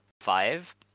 five